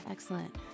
Excellent